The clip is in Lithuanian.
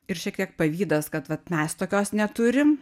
ir šiek tiek pavydas kad vat mes tokios neturim